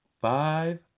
five